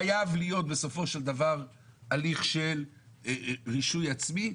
חייב להיות בסופו של דבר הליך של רישוי עצמי,